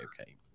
Okay